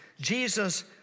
Jesus